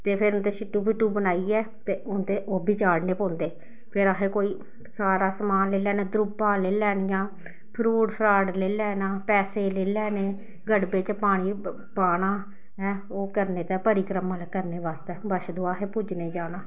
ते फिर उं'दे सिट्टू पिट्टू बनाइयै ते उं'दे ओह् बी चाढ़ने पौंदे फिर असें कोई सारा समान लेई लैना द्रु'ब्बां लेई लैनियां फ्रूट फ्राट लेई लैना पैसे लेई लैने गड़बे च पानी पाना हैं ओह् करने ताईं परिक्रमा करने बास्तै बच्छ दुआह् असें पूजने गी जाना